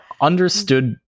understood